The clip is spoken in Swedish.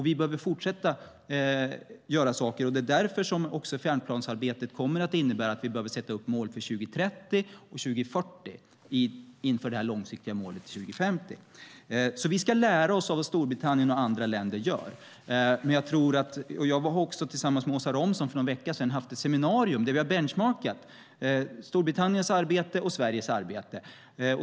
Vi behöver fortsätta att göra saker. Det är därför som färdplansarbetet kommer att innebära att vi behöver sätta upp mål för 2030 och 2040 inför det långsiktiga målet 2050. Vi ska lära oss av vad Storbritannien och andra länder gör. För någon vecka sedan hade jag tillsammans med Åsa Romson ett seminarium där vi "benchmarkade" Storbritanniens och Sveriges arbete.